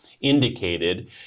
indicated